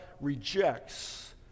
rejects